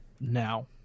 now